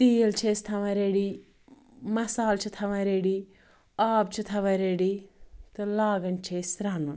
تیٖل چھِ أسۍ تھاوان ریڈِی مثال چھِ تھاوان ریڈِی آب چھِ تھاوان ریڈِی تہٕ لاگان چھِ أسۍ رَنُن